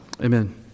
Amen